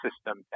system